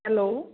hello